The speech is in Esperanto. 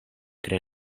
tre